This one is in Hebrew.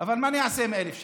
אבל מה אני אעשה עם 1,000 שקל?